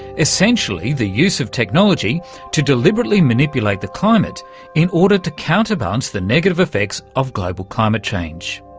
essentially the use of technology to deliberately manipulate the climate in order to counterbalance the negative effects of global climate change.